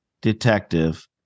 detective